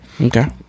Okay